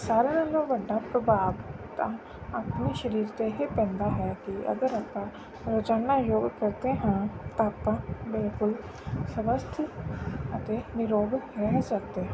ਸਾਰਿਆਂ ਨਾਲੋਂ ਵੱਡਾ ਪ੍ਰਭਾਵ ਤਾਂ ਆਪਣੇ ਸਰੀਰ 'ਤੇ ਇਹ ਪੈਂਦਾ ਹੈ ਕਿ ਅਗਰ ਆਪਾਂ ਰੋਜ਼ਾਨਾ ਯੋਗ ਕਰਦੇ ਹਾਂ ਤਾਂ ਆਪਾਂ ਬਿਲਕੁਲ ਸਵਸਥ ਅਤੇ ਨਿਰੋਗ ਰਹਿ ਸਕਦੇ ਹਾਂ